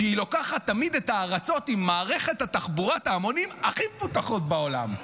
שהיא לוקחת תמיד את הארצות עם מערכות תחבורת ההמונים הכי מפותחות בעולם.